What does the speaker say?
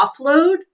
offload